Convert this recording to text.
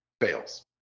fails